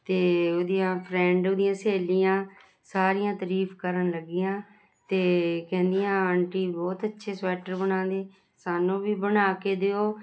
ਅਤੇ ਉਹਦੀਆਂ ਫਰੈਂਡ ਉਹਦੀਆਂ ਸਹੇਲੀਆਂ ਸਾਰੀਆਂ ਤਰੀਫ ਕਰਨ ਲੱਗੀਆਂ ਅਤੇ ਕਹਿੰਦੀਆਂ ਆਂਟੀ ਬਹੁਤ ਅੱਛੇ ਸਵੈਟਰ ਬਣਾਉਂਦੇ ਸਾਨੂੰ ਵੀ ਬਣਾ ਕੇ ਦਿਓ